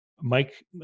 Mike